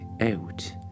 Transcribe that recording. out